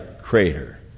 crater